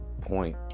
point